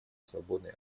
свободной